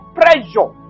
pressure